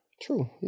True